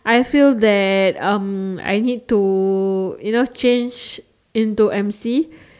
I feel that um I need to you know change into emcee